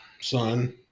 son